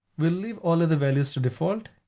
we'll leave all of the values to default,